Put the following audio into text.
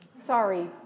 Sorry